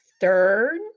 third